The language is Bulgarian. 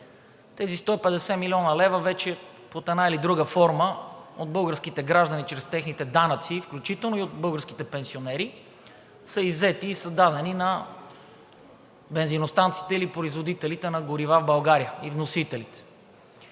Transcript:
тези 150 млн. лв. вече под една или друга форма са иззети от българските граждани чрез техните данъци, включително и от българските пенсионери, и са дадени на бензиностанциите или производителите на горива в България, и вносителите.